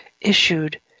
issued